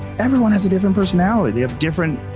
everyone has a different personality, they have different,